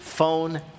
Phone